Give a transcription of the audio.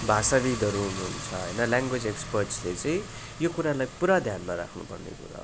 भाषाविद्हरू हुनु हुन्छ होइन ल्याङ्गवेज एक्सपर्ट्सले चाहिँ यो कुरालाई पुरा ध्यानमा राख्नु पर्ने कुरा हो